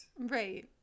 Right